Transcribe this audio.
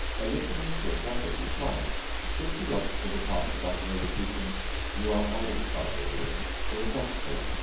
her listeners were perfectly quiet till she got to the part about her repeating you are old, father william to the caterpillar,